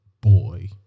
boy